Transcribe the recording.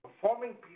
Performing